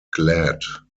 glad